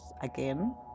again